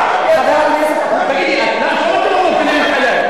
חבר הכנסת אחמד טיבי, תגידי, את, או מגינה עלי?